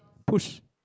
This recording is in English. push